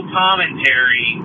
commentary